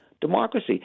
democracy